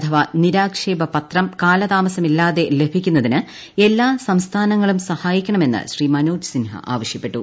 അഥവാ നിർാക്ഷേപ പത്രം കാലതാമസമില്ലാതെ ലഭിക്കുന്നതിന് എല്ലാ സ്സ്ഥാനങ്ങളും സഹായിക്കണമെന്ന് ശ്രീ മനോജ് സിൻഹ ആവശ്യപ്പെട്ടു